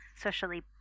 socially